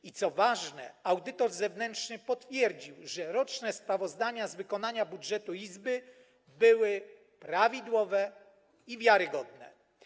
I, co ważne, audytor zewnętrzny potwierdził, że roczne sprawozdania z wykonania budżetu Izby były prawidłowe i wiarygodne.